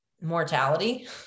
mortality